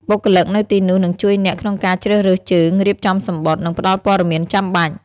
បុគ្គលិកនៅទីនោះនឹងជួយអ្នកក្នុងការជ្រើសរើសជើង រៀបចំសំបុត្រ និងផ្តល់ព័ត៌មានចាំបាច់។